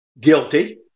guilty